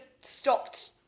stopped